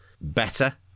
better